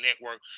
Network